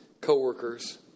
co-workers